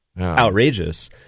outrageous